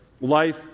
Life